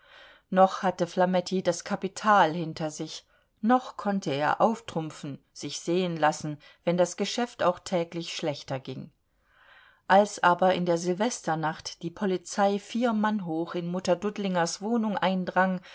noch hatte flametti das kapital hinter sich noch konnte er auftrumpfen sich sehen lassen wenn das geschäft auch täglich schlechter ging als aber in der silvesternacht die polizei vier mann hoch in mutter dudlingers wohnung eindrang